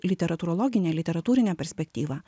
literatūrologinę literatūrinę perspektyvą